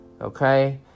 Okay